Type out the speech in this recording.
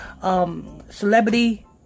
celebrity